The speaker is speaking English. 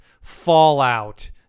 Fallout